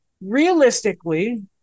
Realistically